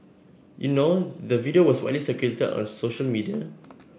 you know the video was widely circulated on social media